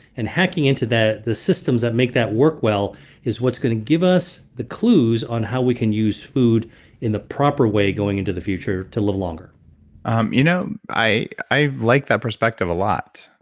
and hacking into the systems that make that work well is what's going to give us the clues on how we can use food in the proper way going into the future to live longer um you know i i like that perspective a lot.